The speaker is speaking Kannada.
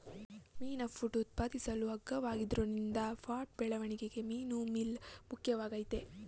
ಮೀನಿನ ಫುಡ್ ಉತ್ಪಾದಿಸಲು ಅಗ್ಗವಾಗಿರೋದ್ರಿಂದ ಫಾರ್ಮ್ ಬೆಳವಣಿಗೆಲಿ ಮೀನುಮೀಲ್ ಮುಖ್ಯವಾಗಯ್ತೆ